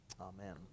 Amen